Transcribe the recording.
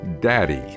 Daddy